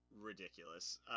ridiculous